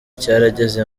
cyarageze